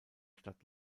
stadt